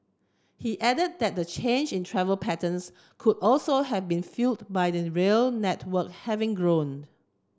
he added that the change in travel patterns could also have been fuelled by the rail network having grown